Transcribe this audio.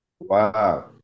Wow